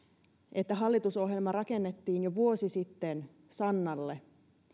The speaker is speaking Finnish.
että hallitusohjelma rakennettiin jo vuosi sitten sannalle